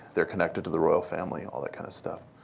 they're connected to the royal family. all that kind of stuff.